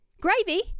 Gravy